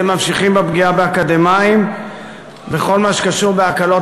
אתם ממשיכים בפגיעה באקדמאים בכל מה שקשור בהקלות